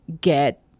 get